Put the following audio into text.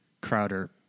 Crowder